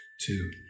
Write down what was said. two